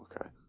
okay